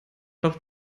doch